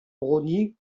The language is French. browning